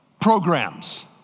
programs